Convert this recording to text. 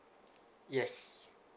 yes